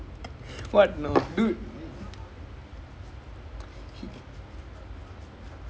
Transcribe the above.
I mean I don't even know how they conceive lah I mean government should be playing quite well